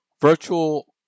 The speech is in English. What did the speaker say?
Virtual